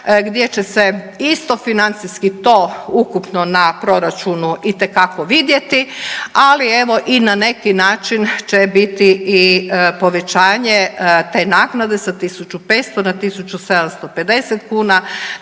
gdje će se isto financijski to ukupno na proračunu itekako vidjeti, ali evo i na neki način će biti i povećanje te naknade sa 1500 na 1750 kuna